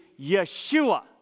Yeshua